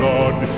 Lord